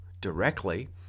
directly